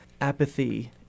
apathy